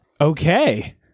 Okay